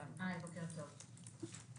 בוקר טוב.